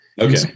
Okay